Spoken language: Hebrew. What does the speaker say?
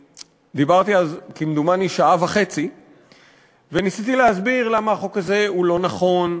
דיברתי אז כמדומני שעה וחצי וניסיתי להסביר למה החוק הזה הוא לא נכון,